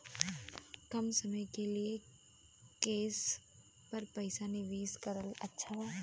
कम समय के लिए केस पर पईसा निवेश करल अच्छा बा?